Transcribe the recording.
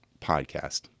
podcast